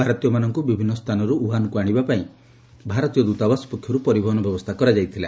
ଭାରତୀୟମାନଙ୍କୁ ବିଭିନ୍ନ ସ୍ଥାନରୁ ଉହାନକୁ ଆଶିବା ପାଇଁ ଭାରତୀୟ ଦ୍ୱତାବାସ ପକ୍ଷରୁ ପରିବହନ ବ୍ୟବସ୍ଥା କରାଯାଇଥିଲା